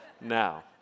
now